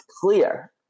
clear